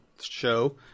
show